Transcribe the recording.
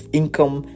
income